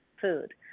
food